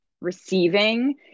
receiving